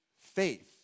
faith